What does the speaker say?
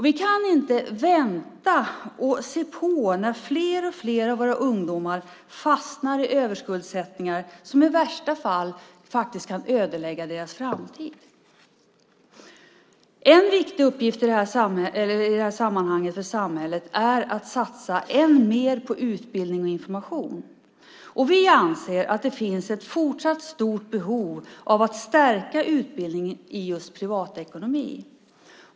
Vi kan inte vänta och se på när fler och fler av våra ungdomar fastnar i överskuldsättningar som i värsta fall faktiskt kan ödelägga deras framtid. En viktig uppgift i det här sammanhanget för samhället är att satsa än mer på utbildning och information. Vi anser att det finns ett fortsatt stort behov av att stärka utbildningen i just privatekonomi.